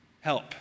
help